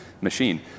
machine